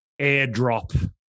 airdrop